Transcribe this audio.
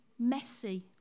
messy